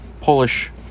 Polish